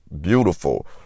beautiful